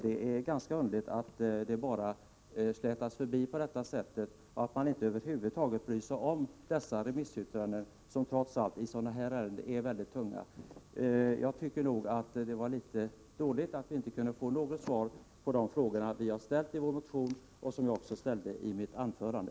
Det är ganska underligt att detta bara slätas över och att utskottsmajoriteten över huvud taget inte bryr sig om yttrandena från dessa remissinstanser, som trots allt är mycket tunga i sådana här ärenden. Jag tycker att det var litet dåligt att vi inte har kunnat få svar på de frågor vi har ställt i vår motion och som jag också har ställt i mitt anförande.